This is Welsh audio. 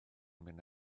mynd